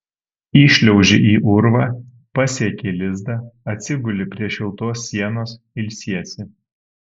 įšliauži į urvą pasieki lizdą atsiguli prie šiltos sienos ilsiesi